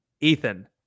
Ethan